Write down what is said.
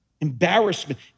Embarrassment